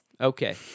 Okay